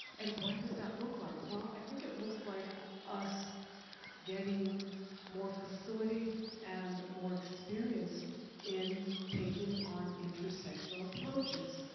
and what does that look like? well, i think it looks like us getting more facility and more experience in taking on intersectional approaches.